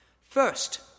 First